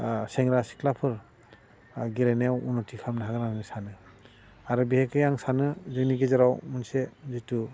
सेंग्रा सिख्लाफोर गेलेनायाव उन्नथि खालामनो हागोन होन्ना आं सानो आरो बिहेखे आं सानो जोंनि गेजेराव मोनसे जिथु